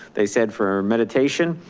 they said for meditation,